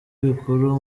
bikuru